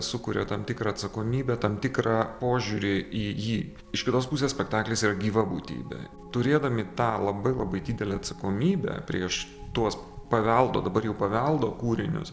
sukuria tam tikrą atsakomybę tam tikrą požiūrį į jį iš kitos pusės spektaklis yra gyva būtybė turėdami tą labai labai didelę atsakomybę prieš tuos paveldo dabar jau paveldo kūrinius